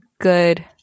good